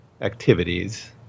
activities